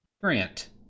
grant